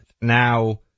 Now